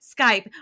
Skype